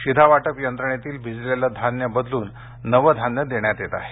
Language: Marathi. शिधावाटप यंत्रणेतील भिजलेले धान्य बदलून नवे धान्य देण्यात येत आहे